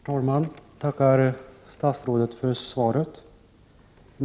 Herr talman! Jag tackar statsrådet för svaret.